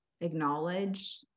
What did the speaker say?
acknowledge